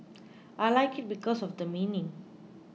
I like it because of the meaning